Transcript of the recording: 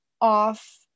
off